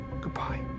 Goodbye